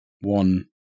one